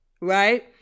right